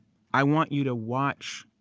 i want you to watch.